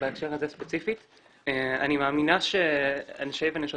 בהקשר הזה ספציפית אני מאמינה שאנשי ונשות